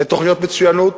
לתוכניות מצוינות.